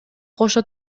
кошо